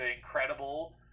incredible